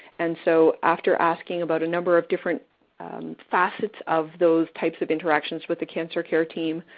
and so, after asking about a number of different facets of those types of interactions with the cancer care team,